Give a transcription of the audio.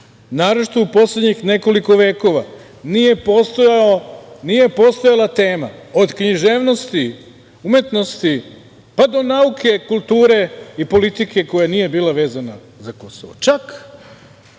naročito u poslednjih nekoliko vekova. Nije postojala tema, od književnosti, umetnosti, pa do nauke, kulture i politike koja nije bila vezana za Kosovo,